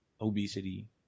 obesity